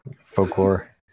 Folklore